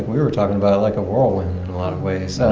were were talking about like a whirlwind in a lot of ways.